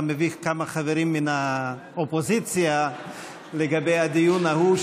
מביך כמה חברים מהאופוזיציה לגבי הדיון ההוא,